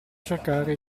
cercare